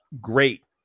great